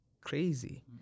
crazy